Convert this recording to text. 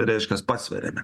reiškias pasveriame